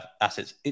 assets